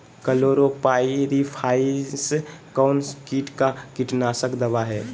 Chlorpyrifos कौन किट का कीटनाशक दवा है?